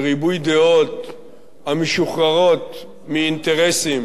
וריבוי דעות המשוחררות מאינטרסים